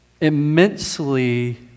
immensely